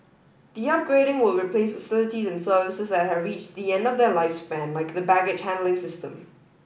the upgrading will replace facilities and services that have reached the end of their lifespan like the baggage handling system